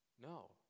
No